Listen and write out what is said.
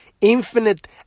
infinite